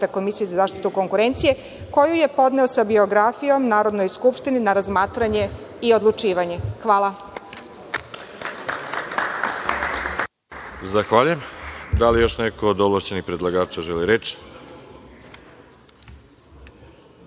Komisije za zaštitu konkurencije, koju je podneo sa biografijom Narodnoj skupštini na razmatranje i odlučivanje. Hvala. **Veroljub Arsić** Zahvaljujem. Da li još neko od ovlašćenih predlagača želi reč?